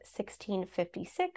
1656